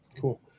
cool